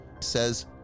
says